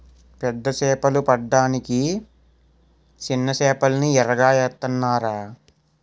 పెద్ద సేపలు పడ్డానికి సిన్న సేపల్ని ఎరగా ఏత్తనాన్రా